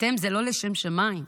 אתם, זה לא לשם שמים.